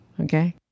okay